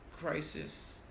crisis